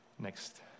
Next